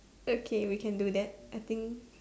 okay we can do that I think